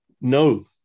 no